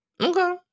Okay